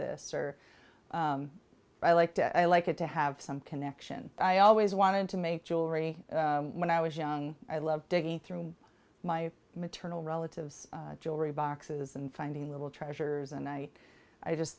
this or i liked it i like it to have some connection i always wanted to make jewelry when i was young i love digging through my maternal relatives jewelry boxes and finding little treasures and i i just